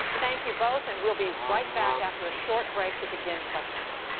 thank you both. and we'll be right back after a short break to begin questions.